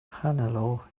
hannelore